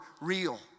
real